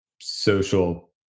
social